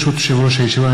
ברשות יושב-ראש הישיבה,